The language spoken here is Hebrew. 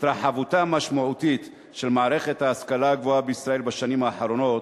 התרחבותה המשמעותית של מערכת ההשכלה הגבוהה בישראל בשנים האחרונות